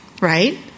right